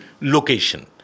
location